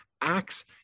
acts